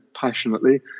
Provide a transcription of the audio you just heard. passionately